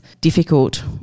difficult